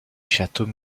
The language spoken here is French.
château